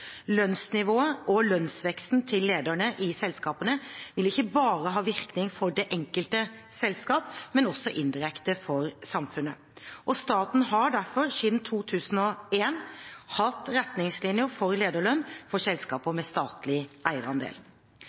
Lønnsnivået og lønnsveksten til lederne i disse selskapene vil ikke bare ha virkning for det enkelte selskap, men også indirekte for samfunnet. Staten har derfor siden 2001 hatt retningslinjer for lederlønn for selskaper med statlig eierandel.